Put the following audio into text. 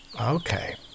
okay